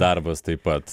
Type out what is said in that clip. darbas taip pat